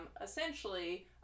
essentially